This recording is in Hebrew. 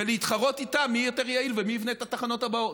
ולהתחרות איתם מי יותר יעיל ומי יבנה את התחנות הבאות.